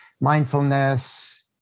mindfulness